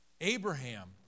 Abraham